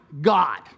God